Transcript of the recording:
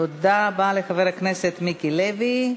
תודה רבה לחבר הכנסת מיקי לוי.